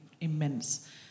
immense